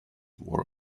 were